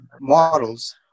models